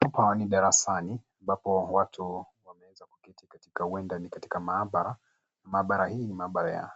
Hapa ni darasani amabapo watu wameweza kuketi katika huenda ni katika maabara, maabara hii ni maabara ya